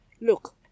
look